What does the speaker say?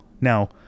Now